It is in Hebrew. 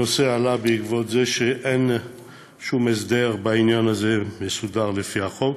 הנושא עלה בעקבות זה שאין שום הסדר בעניין הזה לפי החוק,